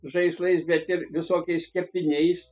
žaislais bet ir visokiais kepiniais